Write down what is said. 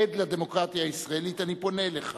עד לדמוקרטיה הישראלית, אני פונה אליך